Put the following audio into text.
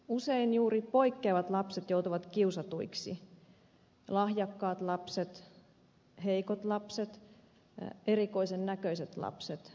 usein juuri poikkeavat lapset joutuvat kiusatuiksi lahjakkaat lapset heikot lapset erikoisen näköiset lapset